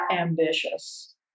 ambitious